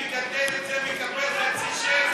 החקלאי שמגדל את זה מקבל חצי שקל.